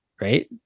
right